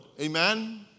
Amen